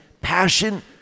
passion